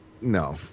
no